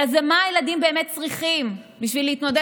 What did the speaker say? אלא מה הילדים באמת צריכים כדי להתמודד